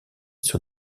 sur